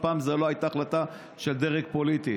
אף פעם זו לא הייתה החלטה של דרג פוליטי.